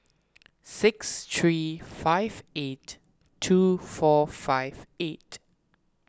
six three five eight two four five eight